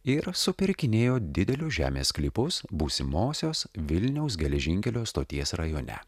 ir supirkinėjo didelius žemės sklypus būsimosios vilniaus geležinkelio stoties rajone